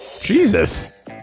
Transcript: Jesus